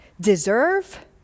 deserve